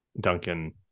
Duncan